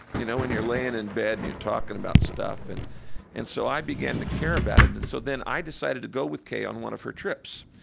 you know, when you're laying in bed and you're talking about stuff. and and so i began to care about it. and so then i decided to go with kay on one of her trips.